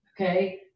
okay